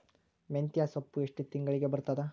ಮೆಂತ್ಯ ಸೊಪ್ಪು ಎಷ್ಟು ತಿಂಗಳಿಗೆ ಬರುತ್ತದ?